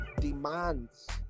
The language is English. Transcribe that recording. demands